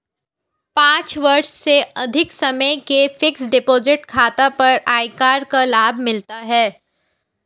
पाँच वर्ष से अधिक समय के फ़िक्स्ड डिपॉज़िट खाता पर आयकर का लाभ मिलता है